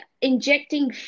injecting